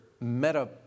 meta